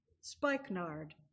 spikenard